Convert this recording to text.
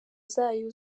zayo